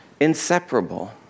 inseparable